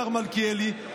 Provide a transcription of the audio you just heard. השר מלכיאלי,